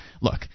Look